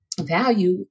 value